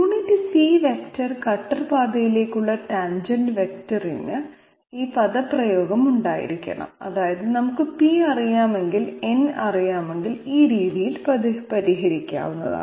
unit c vector കട്ടർ പാതയിലേക്കുള്ള tangent വെക്റ്ററിന്ന് ഈ പദപ്രയോഗം ഉണ്ടായിരിക്കണം അതായത് നമുക്ക് p അറിയാമെങ്കിൽ n അറിയാമെങ്കിൽ ഇത് ഈ രീതിയിൽ പരിഹരിക്കാം